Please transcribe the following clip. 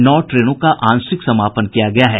नौ ट्रेनों का आंशिक समापन किया गया है